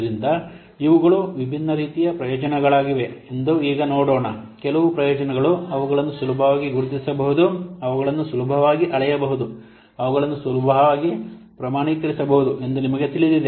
ಆದ್ದರಿಂದ ಇವುಗಳು ವಿಭಿನ್ನ ರೀತಿಯ ಪ್ರಯೋಜನಗಳಾಗಿವೆ ಎಂದು ಈಗ ನೋಡೋಣ ಕೆಲವು ಪ್ರಯೋಜನಗಳು ಅವುಗಳನ್ನು ಸುಲಭವಾಗಿ ಗುರುತಿಸಬಹುದು ಅವುಗಳನ್ನು ಸುಲಭವಾಗಿ ಅಳೆಯಬಹುದು ಅವುಗಳನ್ನು ಸುಲಭವಾಗಿ ಪ್ರಮಾಣೀಕರಿಸಬಹುದು ಎಂದು ನಿಮಗೆ ತಿಳಿದಿದೆ